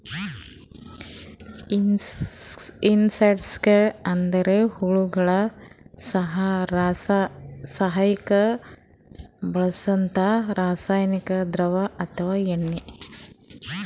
insecticides ಅಂದ್ರ ಹುಳಗೋಳಿಗ ಸಾಯಸಕ್ಕ್ ಬಳ್ಸಂಥಾ ರಾಸಾನಿಕ್ ದ್ರವ ಅಥವಾ ಎಣ್ಣಿ